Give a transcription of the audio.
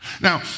Now